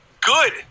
Good